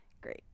great